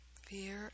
fear